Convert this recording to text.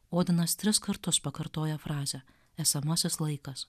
odenas tris kartus pakartoja frazę esamasis laikas